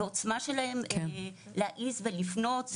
ועוצמה שלהם להעז ולפנות.